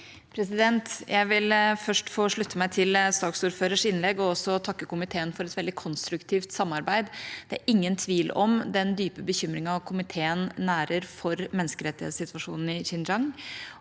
Jeg vil først få slutte meg til saksordførerens innlegg og også takke komiteen for et veldig konstruktivt samarbeid. Det er ingen tvil om den dype bekymringen komiteen nærer for menneskerettighetssituasjonen i Xinjiang,